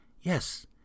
Yes